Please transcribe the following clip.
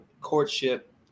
courtship